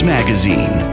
Magazine